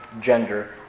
gender